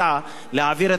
להעביר את הנושא לוועדת הפנים.